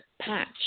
patch